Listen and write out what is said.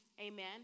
Amen